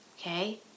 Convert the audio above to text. okay